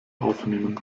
aufnehmen